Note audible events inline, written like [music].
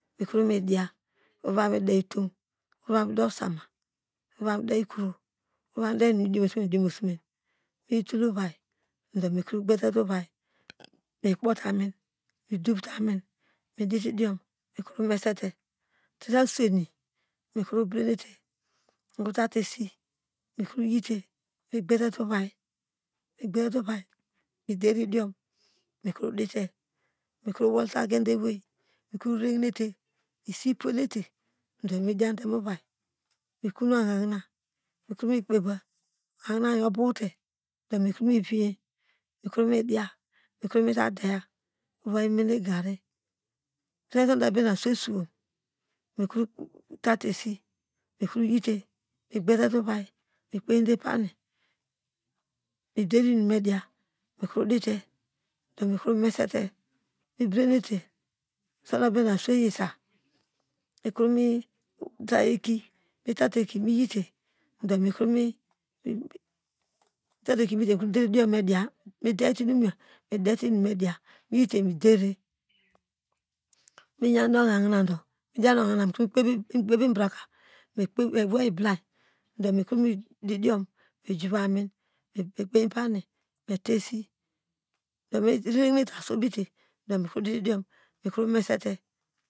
Mikro mi diya miva mide itow, mikro vamide osama mikrovamide inunu dimosome miyow tulte uvai do mikro obedite ovai mikpote amin midov te amin nudite idiom mikro mesete treasu ini mrobedenete mitateesi mikro yite migbedete ovai midere idiom nukro dite mikro wota gede ewei isipuwenete do miyidim mu ovai mikon ohahina mikro mikpe va ohahina yo obow te do mikre moviye mikr midi a mike medeya miekre medi gari sunday ubian nu asu suwon mikrotate esi mikroyite megbedite ovai mikpeyi depani midere inum mediya mikro dite domekro mesite mibedenete sunday obian asu yisa ihikro mita ekein mitate mikro [hesitation] mikro mediya mideyite inum yor mimenete inum mediya me we ibilayi do nukro medidiom me juve amin mekpeiyi pani meta esi mirere hinete asu obite medidiom mimesite